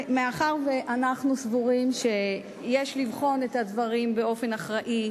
מאחר שאנחנו סבורים שיש לבחון את הדברים באופן אחראי,